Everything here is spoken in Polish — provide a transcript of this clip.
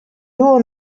było